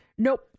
Nope